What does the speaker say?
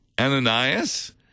Ananias